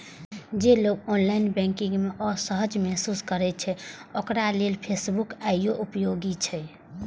जे लोग online banking मे असहज महसूस करै छै, ओकरा लेल पासबुक आइयो उपयोगी छै